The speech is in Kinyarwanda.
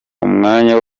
umwanya